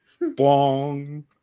bong